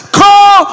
call